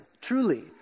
truly